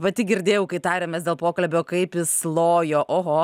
va tik girdėjau kai tarėmės dėl pokalbio kaip jis lojo oho